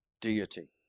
deity